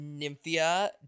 Nymphia